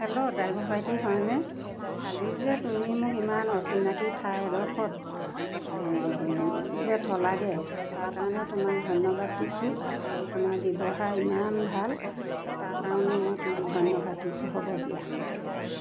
hello driver ভাইটি হয়নে কালি যে তুমি মোক ইমান অচিনাকী ঠাই এডোখৰত যে থ'লাগৈ তাৰ কাৰণে তোমাক ধন্যবাদ দিছোঁ আৰু তোমাক ব্যৱহাৰ ইমান ভাল তাৰ কাৰণে মই তোমাক ধন্যবাদ দিছোঁ হ'ব দিয়া